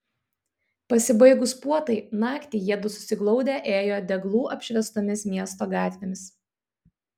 pasibaigus puotai naktį jiedu susiglaudę ėjo deglų apšviestomis miesto gatvėmis